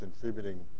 contributing